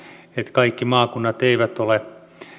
kaikki maakunnat eivät ole